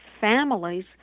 families